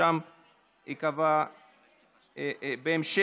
ושם זה ייקבע בהמשך.